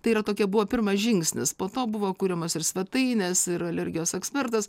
tai yra tokia buvo pirmas žingsnis po to buvo kuriamos ir svetainės ir alergijos ekspertas